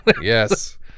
Yes